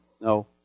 no